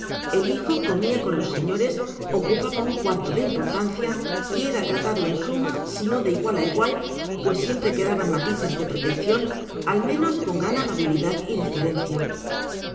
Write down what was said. el hijo comía con los señores ocupaba un cuarto de importancia y era tratado en suma si no de igual a igual pues siempre quedaban matices de protección al menos con gran amabilidad y deferencia